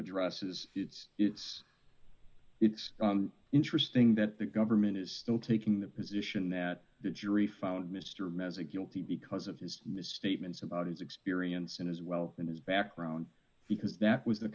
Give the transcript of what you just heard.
address is it's it's it's interesting that the government is still taking the position that the jury found mr meza guilty because of his misstatements about his experience and his well in his background because that was the